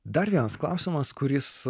dar vienas klausimas kuris